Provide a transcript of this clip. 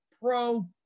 pro